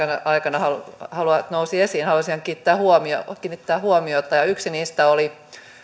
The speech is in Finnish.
aikana nousi esiin haluaisin kiinnittää huomiota ja yksi niistä oli